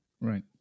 Right